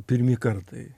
pirmi kartai